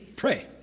pray